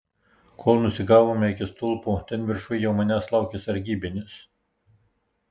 kol nusigavome iki stulpo ten viršuj jau manęs laukė sargybinis